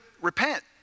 repent